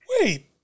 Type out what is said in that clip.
wait